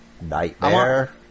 nightmare